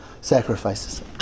sacrifices